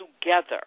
together